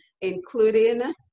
including